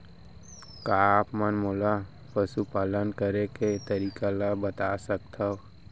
का आप मन मोला पशुपालन करे के तरीका ल बता सकथव?